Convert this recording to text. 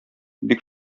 бик